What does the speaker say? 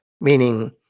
Meaning